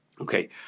Okay